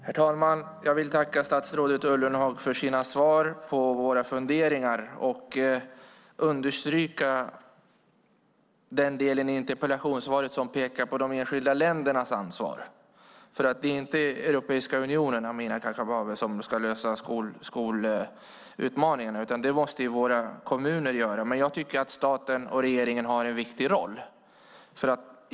Herr talman! Jag vill tacka statsrådet Ullenhag för hans svar på våra funderingar. Jag vill understryka den delen i interpellationssvaret som pekar på de enskilda ländernas ansvar. Det är inte Europeiska unionen, Amineh Kakabaveh, som ska lösa skolutmaningarna, utan det måste våra kommuner göra. Men staten och regeringen har en viktig roll.